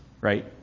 right